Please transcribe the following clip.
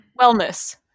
wellness